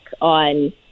on